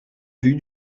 vue